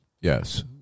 Yes